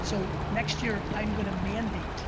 so next year i'm gonna mandate